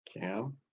Cam